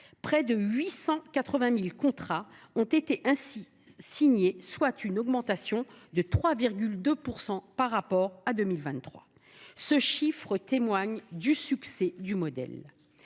près de 880 000 contrats ont ainsi été signés, soit une augmentation de 3,2 % par rapport à 2023. Ce chiffre témoigne du succès du modèle.